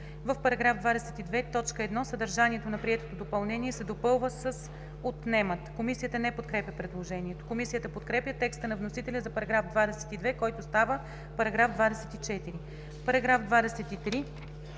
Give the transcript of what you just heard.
„В § 22, т. 1 съдържанието на приетото допълнение се допълва с „отнемат“.“ Комисията не подкрепя предложението. Комисията подкрепя текста на вносителя за § 22, който става § 24.